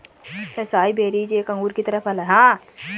acai berries एक अंगूर की तरह फल हैं